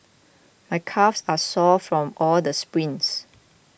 my calves are sore from all the sprints